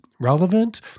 relevant